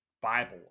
Bible